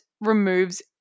removes